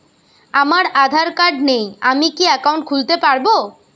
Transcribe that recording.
আমার আধার কার্ড নেই আমি কি একাউন্ট খুলতে পারব?